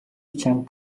чамд